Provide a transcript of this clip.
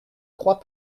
croix